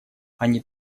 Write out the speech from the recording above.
они